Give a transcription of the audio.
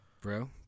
Bro